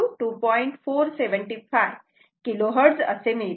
475 KHz असे मिळते